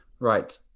Right